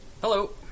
Hello